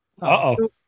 Uh-oh